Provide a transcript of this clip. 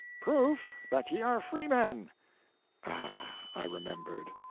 proof that ye are freemen. ah i remembered!